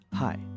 Hi